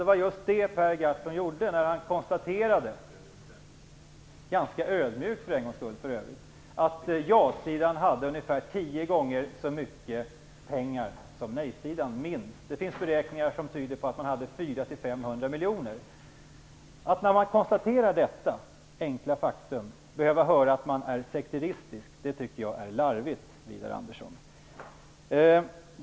Det var just det Per Gahrton gjorde när han - för en gångs skull ganska ödmjukt, för övrigt - konstaterade att ja-sidan hade minst tio gånger så mycket pengar som nej-sidan. Det finns beräkningar som tyder på att man hade 400-500 miljoner. Att behöva höra att man är sekteristisk när man konstaterar detta enkla faktum tycker jag är larvigt, Widar Andersson.